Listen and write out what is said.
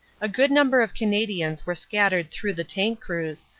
a good number of canadians were scattered through the tank crews,